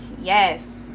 Yes